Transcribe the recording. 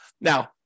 Now